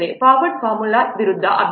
forward formula ವಿರುದ್ಧ ಅಭಿವೃದ್ಧಿ ಸಮಯ 2